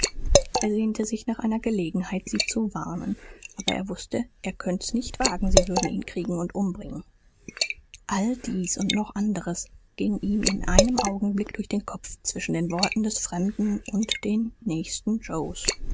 er sehnte sich nach einer gelegenheit sie zu warnen aber er wußte er könnte s nicht wagen sie würden ihn kriegen und umbringen all dies und noch anderes ging ihm in einem augenblick durch den kopf zwischen den worten des fremden und den nächsten joes